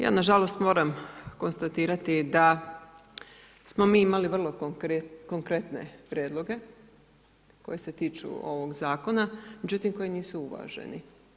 Ja nažalost moram konstatirati da smo mi imali vrlo konkretne prijedloge koje se tiču ovog zakona međutim koji nisu uvaženi.